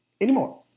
anymore